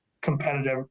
competitive